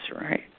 right